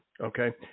okay